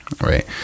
right